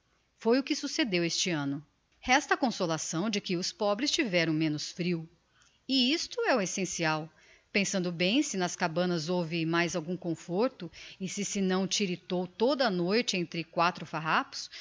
foi o que succedeu este anno resta a consolação de que os pobres tiveram menos frio e isto é o essencial pensando bem se nas cabanas houve mais algum conforto e se se não tiritou toda a noite entre quatro farrapos